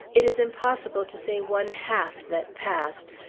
it is impossible to say one half that passed,